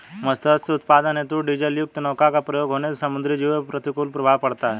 मत्स्य उत्पादन हेतु डीजलयुक्त नौका का प्रयोग होने से समुद्री जीवों पर प्रतिकूल प्रभाव पड़ता है